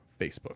Facebook